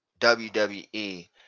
WWE